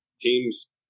teams